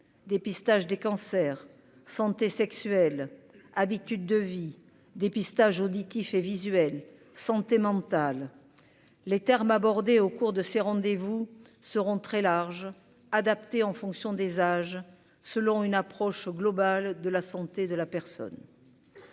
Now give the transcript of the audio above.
dépistage des cancers, santé sexuelle habitudes de vie dépistage auditif et visuel santé mentale les termes abordées au cours de ces rendez-vous seront très large adapté en fonction des âges selon une approche globale de la santé de la personne.